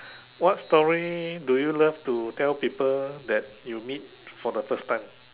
what story do you love to tell people that you meet for the first time